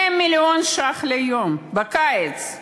100 מיליון שקלים ליום, בקיץ.